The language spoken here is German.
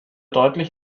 deutlich